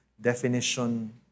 definition